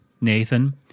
Nathan